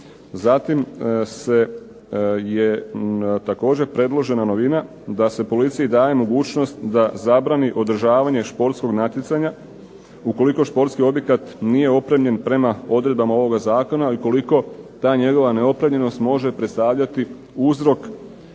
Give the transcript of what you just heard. Zatim je također predložena novina da se policiji daje mogućnost da zabrani održavanje športskog natjecanja, ukoliko športski objekt nije opremljen prema odredbama ovog zakona i ukoliko ta njegova neopremljenost može predstavljati uzrok